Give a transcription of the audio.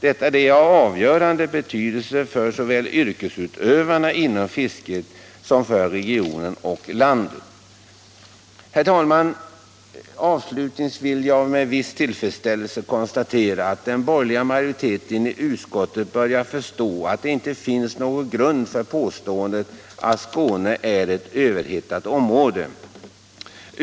Detta är av avgörande betydelse för såväl yrkesutövarna inom fisket som regionen och landet. Herr talman! Avslutningsvis vill jag med viss tillfredsställelse konstatera att den borgerliga majoriteten i utskottet börjar förstå att det inte finns någon grund för påståendet att Skåne är ett överhettat område.